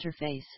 interface